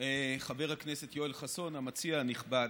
חבר הכנסת יואל חסון, המציע הנכבד,